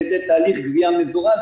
זה תהליך גבייה מזורז.